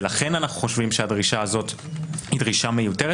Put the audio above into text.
ולכן אנחנו חושבים שהדרישה הזאת היא דרישה מיותרת